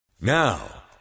Now